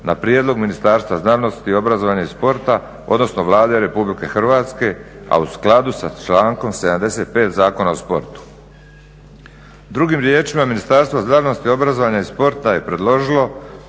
na prijedlog Ministarstva znanosti, obrazovanja i sporta odnosno Vlade RH a u skladu sa člankom 75. Zakona o sportu. Drugim riječima Ministarstvo znanosti, obrazovanja i sporta je predložilo,